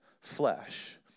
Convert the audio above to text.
flesh